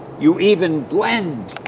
you even blend?